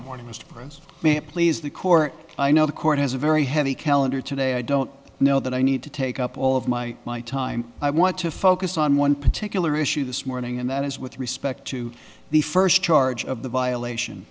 morning mr briggs please the court i know the court has a very heavy calendar today i don't know that i need to take up all of my my time i want to focus on one particular issue this morning and that is with respect to the first charge of the violation